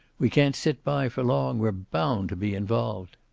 we can't sit by for long. we're bound to be involved.